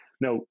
Now